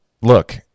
look